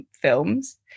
films